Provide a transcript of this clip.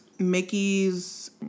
mickey's